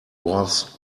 was